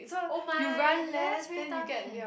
oh my ya that's very dumb eh